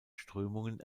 strömungen